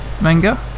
manga